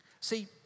See